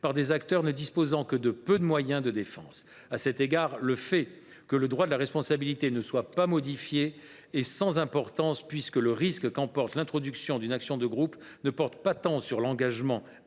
par des acteurs ne disposant que de peu de moyens de défense. À cet égard, le fait que le droit de la responsabilité ne soit pas modifié est sans importance, puisque le risque qu’emporte l’introduction d’une action de groupe porte non pas tant sur l’engagement